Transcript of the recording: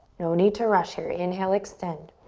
no need to rush here. inhale, extend.